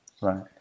Right